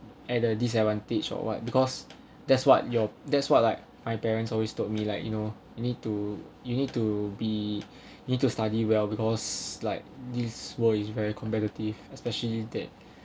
at a disadvantage or what because that's what you're that's what like my parents always told me like you know you need to you need to be need to study well because like this world is very competitive especially that